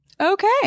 Okay